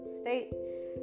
state